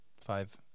five